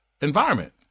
environment